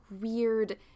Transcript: weird